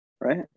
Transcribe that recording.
right